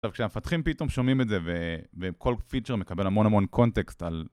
עכשיו כשהמפתחים פתאום שומעים את זה וכל פיצ'ר מקבל המון המון קונטקסט על